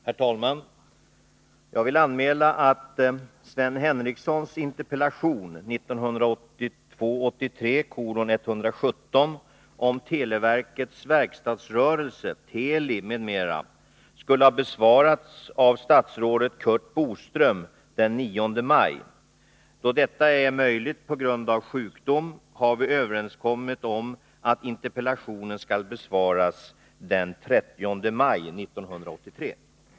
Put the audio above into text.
Herr talman! Jag vill meddela att Sven Henricssons interpellation 1982/83:117 om televerkets verkstadsrörelse Teli, m.m., skulle ha besvarats av statsrådet Curt Boström den 9 maj. Då detta ej var möjligt på grund av sjukdom har vi överenskommit att interpellationen skall besvaras den 30 maj 1983.